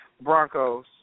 Broncos